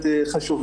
חג מולד שמח.